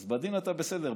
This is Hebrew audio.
אז בדין אתה בסדר,